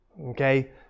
Okay